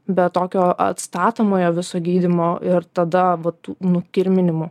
be tokio atstatomojo viso gydymo ir tada vat tų nukirminimų